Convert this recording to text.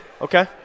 Okay